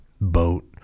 boat